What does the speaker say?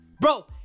bro